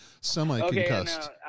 semi-concussed